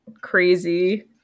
crazy